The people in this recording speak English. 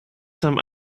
some